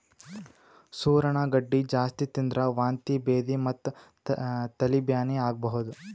ಸೂರಣ ಗಡ್ಡಿ ಜಾಸ್ತಿ ತಿಂದ್ರ್ ವಾಂತಿ ಭೇದಿ ಮತ್ತ್ ತಲಿ ಬ್ಯಾನಿ ಆಗಬಹುದ್